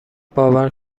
باور